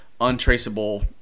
untraceable